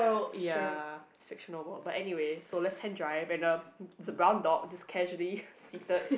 ya catch no ball but anyway so left hand drive and the there's a brown dog just casually seated